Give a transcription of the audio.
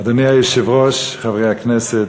אדוני היושב-ראש, חברי הכנסת,